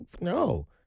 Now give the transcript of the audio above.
no